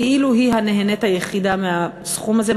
כאילו היא הנהנית היחידה מהסכום הזה,